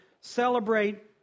celebrate